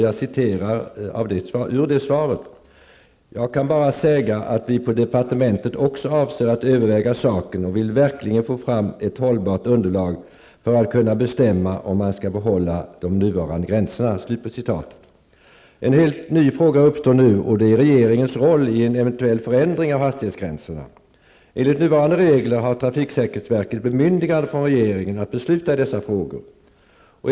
Jag citerar ur det svaret: ''Jag kan bara säga att vi på departementet också avser att överväga saken och vill verkligen få fram ett hållbart underlag för att kunna bestämma om man skall behålla de nuvarande gränserna.'' En helt ny fråga uppstår nu, och det är om regeringens roll vid en eventuell förändring av hastighetsgränsen. Enligt nuvarande regler har trafiksäkerhetsverket bemyndigande från regeringen att besluta i den frågan.